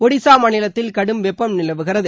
ஒடிசா மாநிலத்தில் கடும் வெப்பம் நிலவுகிறது